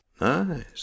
Nice